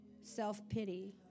self-pity